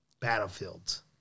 battlefields